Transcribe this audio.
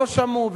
לא שמעו,